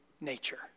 nature